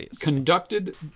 conducted